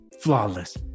Flawless